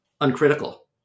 uncritical